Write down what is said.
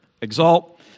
Exalt